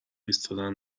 ایستادن